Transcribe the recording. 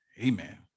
amen